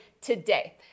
today